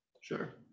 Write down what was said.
Sure